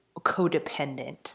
codependent